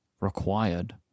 required